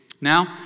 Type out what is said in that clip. Now